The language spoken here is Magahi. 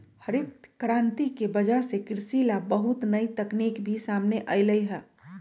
हरित करांति के वजह से कृषि ला बहुत नई तकनीक भी सामने अईलय है